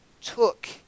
took